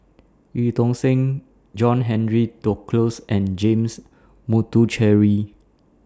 EU Tong Sen John Henry Duclos and James Puthucheary